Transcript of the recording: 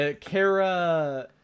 Kara